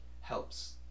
helps